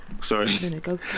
sorry